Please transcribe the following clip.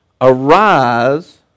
arise